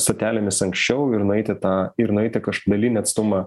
stotelėmis anksčiau ir nueiti tą ir nueiti kaž dalinį atstumą